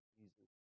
Jesus